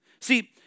See